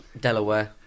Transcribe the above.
Delaware